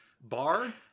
bar